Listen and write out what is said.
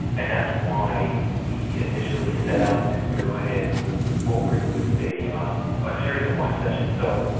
and that's why we initially set out to go ahead and move forward with a yeah ah ah series of live sessions. so,